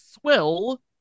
Swill